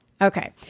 Okay